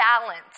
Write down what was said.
balance